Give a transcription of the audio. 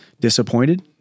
disappointed